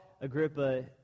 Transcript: Agrippa